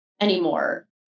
anymore